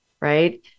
Right